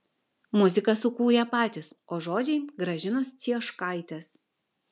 muziką sukūrė patys o žodžiai gražinos cieškaitės